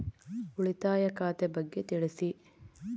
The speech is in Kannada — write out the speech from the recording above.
ಉಳಿತಾಯ ಖಾತೆ ಬಗ್ಗೆ ತಿಳಿಸಿ?